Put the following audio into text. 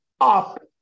up